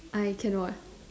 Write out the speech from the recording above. I can what